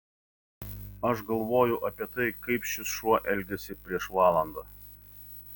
aš galvoju apie tai kaip šis šuo elgėsi prieš valandą